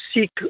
seek